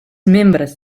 membres